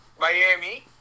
Miami